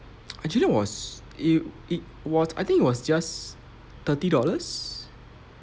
actually it was it it was I think it was just thirty dollars